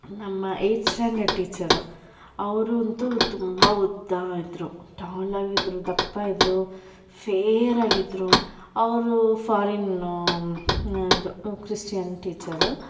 ನಮ್ಮ eight standard teacher ಅವರು ಅಂತು ತುಂಬ ಉದ್ದ ಇದ್ದರು ಟಾಲ್ ಆಗಿ ಇದ್ದರು ದಪ್ಪ ಇದ್ದರು ಫೇರಾಗಿ ಇದ್ದರು ಅವರು ಫಾರಿನು ಇದು ಕ್ರಿಶ್ಚಿಯನ್ ಟೀಚರು